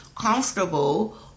comfortable